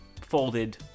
folded